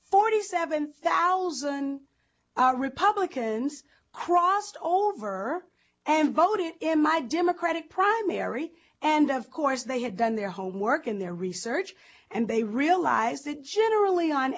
forty seven thousand republicans crossed over and voted in my democratic primary and of course they had done their homework in their research and they realized that generally on